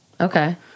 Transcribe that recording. Okay